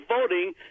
voting